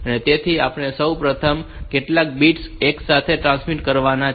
તેથી આપણે સૌ પ્રથમ કેટલા બિટ્સ એકસાથે ટ્રાન્સમિટ કરવાના છે